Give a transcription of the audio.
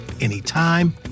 anytime